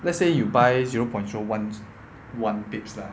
let's say you buy zero point zero one one bits lah